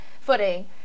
footing